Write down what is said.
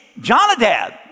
Jonadab